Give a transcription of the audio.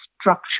structure